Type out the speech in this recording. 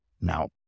Now